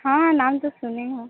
हाँ नाम तो सुनी हूँ